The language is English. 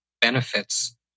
benefits